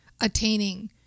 attaining